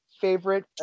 favorite